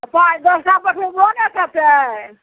तऽ पाँच दस टा पसिञ्जरो ने चढ़तय